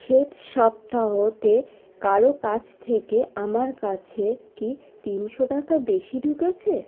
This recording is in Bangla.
শেষ সপ্তাহতে কারো কাছ থেকে আমার কাছে কি তিনশো টাকা বেশি ঢুকেছে